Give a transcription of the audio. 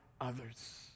others